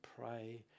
pray